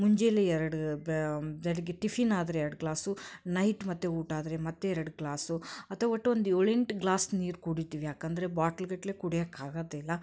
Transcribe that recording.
ಮುಂಜಾನೆ ಎರಡು ಬೆಳಿಗ್ಗೆ ಟಿಫಿನ್ ಆದ್ರೆ ಎರಡು ಗ್ಲಾಸು ನೈಟ್ ಮತ್ತೆ ಊಟ ಆದರೆ ಮತ್ತೆ ಎರಡು ಗ್ಲಾಸು ಅಥವಾ ಒಟ್ಟು ಒಂದು ಏಳು ಎಂಟು ಗ್ಲಾಸ್ ನೀರು ಕುಡಿತೀವಿ ಏಕಂದ್ರೆ ಬಾಟ್ಲುಗಟ್ಟಲೆ ಕುಡ್ಯಕ್ಕೆ ಆಗೋದಿಲ್ಲ